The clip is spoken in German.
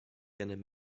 gern